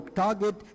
target